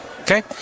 Okay